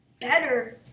better